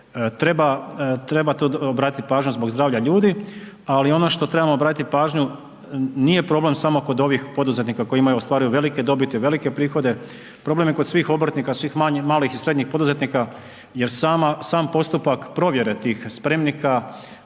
Treba to obratiti pažnju zbog zdravlja ljudi. Ali ono što trebamo obratiti pažnju, nije problem samo kod ovih poduzetnika koji imaju, ostvaruju velike dobiti, velike prihode, problem je kod svih obrtnika, svih malih i srednjih poduzetnika jer sam postupak provjere tih spremnika